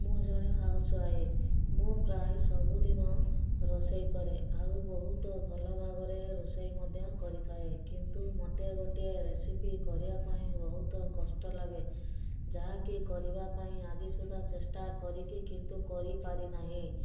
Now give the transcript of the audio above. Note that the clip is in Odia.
ମୁଁ ଜଣେ ହାଉସ୍ୱାଇଫ୍ ମୁଁ ପ୍ରାୟେ ସବୁଦିନ ରୋଷେଇ କରେ ଆଉ ବହୁତ ଭଲ ଭାବରେ ରୋଷେଇ ମଧ୍ୟ କରିଥାଏ କିନ୍ତୁ ମୋତେ ଗୋଟିଏ ରେସିପି କରିବା ପାଇଁ ବହୁତ କଷ୍ଟ ଲାଗେ ଯାହାକି କରିବା ପାଇଁ ଆଜି ସୁଦ୍ଧା ଚେଷ୍ଟା କରିକି କିନ୍ତୁ କରିପାରି ନାହିଁ